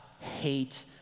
hate